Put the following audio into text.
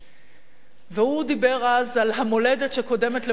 והוא דיבר אז על המולדת שקודמת למולדת המפלגה,